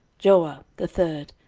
joah the third,